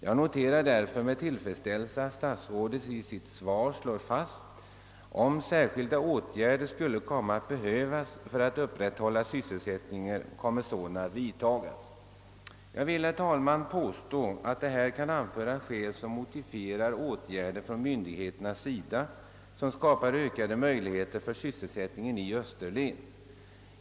Jag noterar därför med tillfredsställelse att statsrådet i sitt svar slår fast följande: »Om särskilda åtgärder skulle komma att behövas för att upprätthålla sysselsättningen kommer sådana omedelbart att vidtas.» Jag vill påstå, herr talman, att skäl kan anföras som motiverar åtgärder från myndigheternas sida för att skapa ökade sysselsättningsmöjligheter inom Österlen.